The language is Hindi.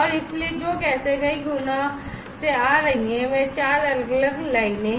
और इसलिए जो गैसें कई गुना से आ रही हैं वे चार अलग अलग लाइनें हैं